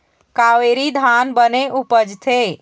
कावेरी धान बने उपजथे?